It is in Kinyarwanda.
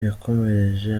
yakomereje